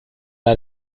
wir